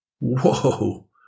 Whoa